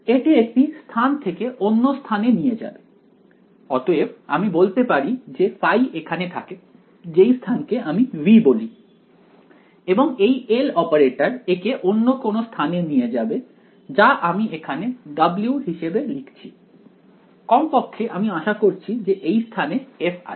এটি একটি স্থান থেকে অন্য স্থানে নিয়ে যাবে অতএব আমি বলতে পারি যে ϕ এখানে থাকে যেই স্থানকে আমি V বলি এবং এই L অপারেটর একে অন্য কোনও স্থানে নিয়ে যাবে যা আমি এখানে W হিসেবে লিখছি কমপক্ষে আমি আশা করছি যে এইস্থানে f আছে